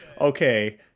okay